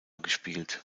gespielt